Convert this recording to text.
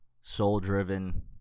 soul-driven